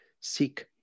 seek